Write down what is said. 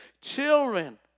children